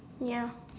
ya